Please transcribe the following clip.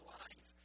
life